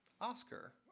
Oscar